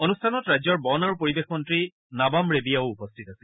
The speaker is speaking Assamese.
অনুষ্ঠানত ৰাজ্যৰ বন আৰু পৰিবেশ মন্ত্ৰী নাবাম ৰেবিয়াও উপস্থিত আছিল